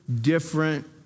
different